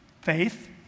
faith